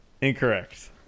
Incorrect